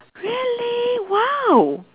really !wow!